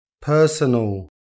personal